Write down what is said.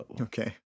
okay